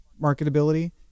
marketability